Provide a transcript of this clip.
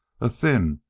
a thin,